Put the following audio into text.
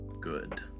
good